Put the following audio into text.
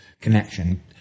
connection